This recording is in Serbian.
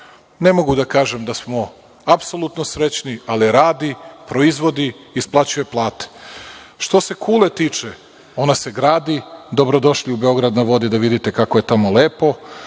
Ne mogu da kažem da smo apsolutno srećni, ali radi, proizvodi, isplaćuje plate. Što se kule tiče, ona se gradi. Dobrodošli u Beograd na vodi da vidite kako je tamo lepo.